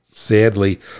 sadly